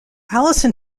allison